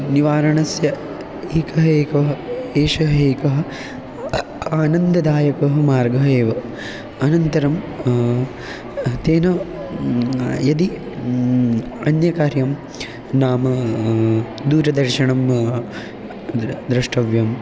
निवारणस्य एकः एकः एषः एकः आनन्ददायकः मार्गः एव अनन्तरं तेन यदि अन्यकार्यं नाम दूरदर्शनं द्र द्रष्टव्यम्